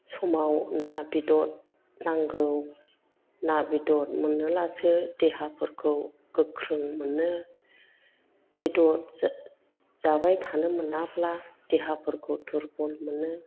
समाव ना बेदर नांगौ ना बेदर मोनोलासो देहाफोरखौ गोख्रों मोनो बेदर जाबाय थानो मोनाब्ला देहाफोरखौ दुरबल मोनो